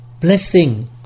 blessing